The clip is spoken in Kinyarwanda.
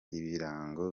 ibirango